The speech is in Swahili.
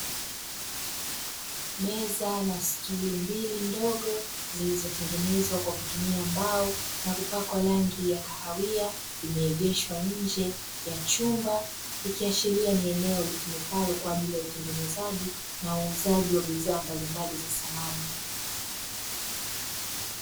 Meza na stuli mbili ndogo zilizotengenezwa kwa kutumia mbao na kupakwa rangi ya kahawia, imeegeshwa nje ya chumba. Ikiashiria ni eneo litumikalo kwa ajili ya utengenezaji na uuzaji wa bidhaa mbalimbali za samani.